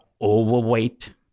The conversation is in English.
overweight